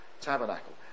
tabernacle